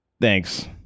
thanks